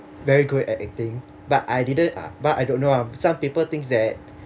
very good at acting but I didn't but I don't know ah some people thinks that